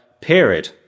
period